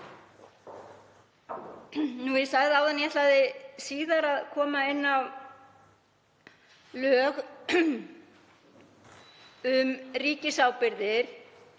Ég sagði áðan að ég ætlaði síðar að koma inn á lög um ríkisábyrgðir